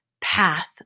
path